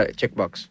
checkbox